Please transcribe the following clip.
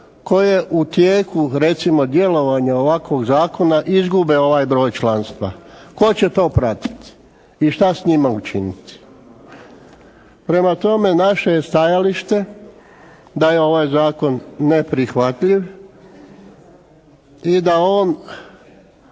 koje u tijeku recimo djelovanja ovakvog zakona izgube ovaj broj članstva? Tko će to pratiti i šta s njima učiniti? Prema tome, naše je stajalište da je ovaj zakon neprihvatljiv i da on